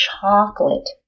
chocolate